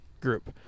group